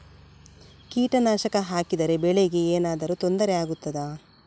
ಕೀಟನಾಶಕ ಹಾಕಿದರೆ ಬೆಳೆಗೆ ಏನಾದರೂ ತೊಂದರೆ ಆಗುತ್ತದಾ?